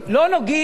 לא נוגעים.